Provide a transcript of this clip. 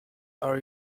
are